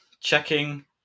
checking